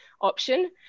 option